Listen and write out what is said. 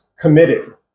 committed